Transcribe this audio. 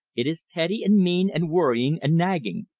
it is petty and mean and worrying and nagging!